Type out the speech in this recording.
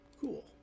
cool